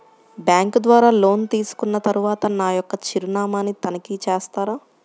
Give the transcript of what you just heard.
Bank ద్వారా loan తీసుకున్న తరువాత నా యొక్క చిరునామాని తనిఖీ చేస్తారా?